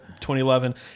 2011